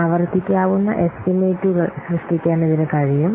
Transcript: ആവർത്തിക്കാവുന്ന എസ്റ്റിമേറ്റുകൾ സൃഷ്ടിക്കാൻ ഇതിന് കഴിയും